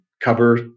cover